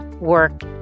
work